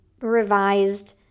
revised